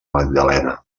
magdalena